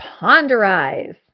ponderize